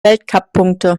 weltcuppunkte